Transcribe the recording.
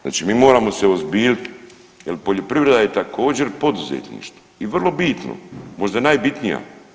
Znači mi moramo se uozbiljih jer poljoprivreda je također, poduzetništvo i vrlo bitno, možda najbitnija.